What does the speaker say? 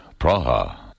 Praha